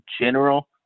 general